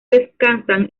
descansan